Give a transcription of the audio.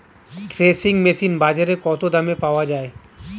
Threshing machine বাজারে কত দামে পাওয়া যায়?